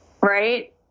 Right